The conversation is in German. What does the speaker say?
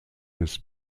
des